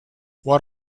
what